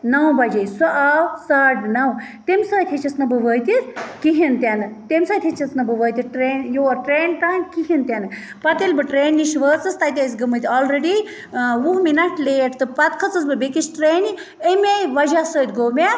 نَو بَجے سُہ آو ساڑٕ نَو تَمہِ سۭتۍ ہیٚچٕس نہٕ بہٕ وٲتِتھ کِہیٖنۍ تہِ نہٕ تَمہِ سۭتۍ ہیٚچٕس نہٕ بہٕ وٲتِتھ ٹرٛین یور ٹرٛین تام کِہیٖنۍ تہِ نہٕ پَتہٕ ییٚلہِ بہٕ ٹرٛین نِش وٲژٕس تَتہِ ٲسۍ گٔمٕتۍ آلرٔڈی وُہ مِنَٹ لیٹ تہٕ پَتہٕ کھٔژٕس بہٕ بیٚکِس ٹرٛین اَمے وَجہ سۭتۍ گوٚو مےٚ